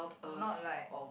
not like